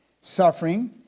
suffering